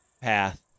path